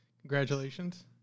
Congratulations